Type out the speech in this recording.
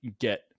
get